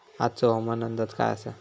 आजचो हवामान अंदाज काय आसा?